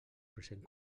present